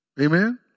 Amen